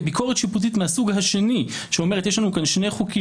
כביקורת שיפוטית מהסוג השני שאומרת שיש לנו כאן שני חוקים